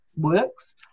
works